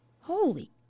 Holy